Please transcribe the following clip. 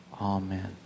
Amen